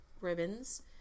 ribbons